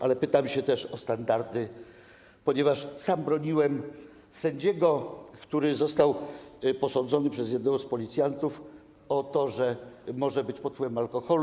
Ale pytam też o standardy, ponieważ sam broniłem sędziego, który został posądzony przez jednego z policjantów o to, że może być pod wpływem alkoholu.